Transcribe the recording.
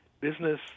business